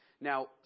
Now